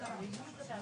בשעה 13:35.